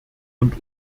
und